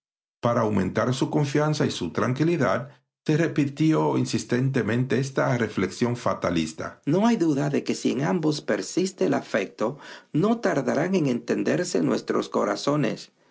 para aumentar su confianza y su tranquilidad se repitió insistentemente esta reflexión fatalista no hay duda de que si en ambos persiste el afecto no tardarán en entenderse nuestros corazones